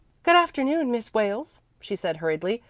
good-afternoon, miss wales, she said hurriedly.